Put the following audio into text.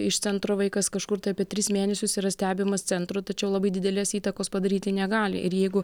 iš centro vaikas kažkur tai apie tris mėnesius yra stebimas centro tačiau labai didelės įtakos padaryti negali ir jeigu